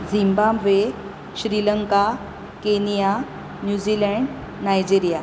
Zimbabwe Sri Lanka Kenya New Zealand Nigeria